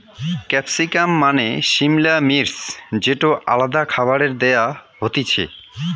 capsicum মানে সিমলা মির্চ যেটো আলাদা খাবারে দেয়া হতিছে